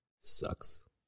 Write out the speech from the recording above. Sucks